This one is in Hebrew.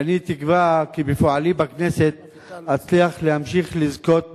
ואני תקווה כי בפועלי בכנסת אצליח להמשיך לזכות באמונם,